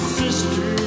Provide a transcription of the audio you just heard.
sister